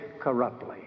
corruptly